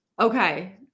Okay